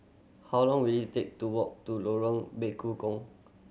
how long will it take to walk to Lorong Bekukong